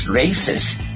racist